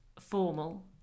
formal